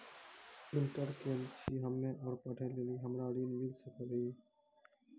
Inter केल छी हम्मे और पढ़े लेली हमरा ऋण मिल सकाई?